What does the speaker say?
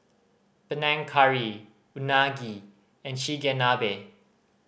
Panang Curry Unagi and Chigenabe